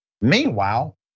Meanwhile